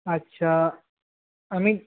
আচ্ছা আমি